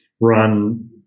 run